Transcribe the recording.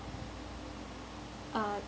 uh